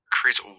Creates